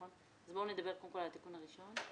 אז בואו נדבר קודם כול על התיקון הראשון.